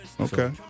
Okay